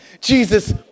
Jesus